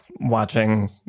Watching